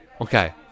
Okay